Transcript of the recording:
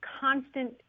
constant